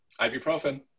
Ibuprofen